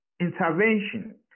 intervention